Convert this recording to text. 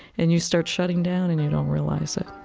and you start shutting down and you don't realize it.